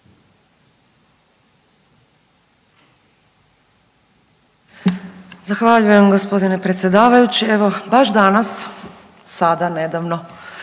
Zahvaljujem gospodine predsjedavajući. Evo baš danas, sada, nedavno